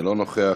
אינו נוכח.